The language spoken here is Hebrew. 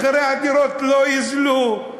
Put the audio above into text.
הדירות לא יוזלו.